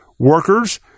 Workers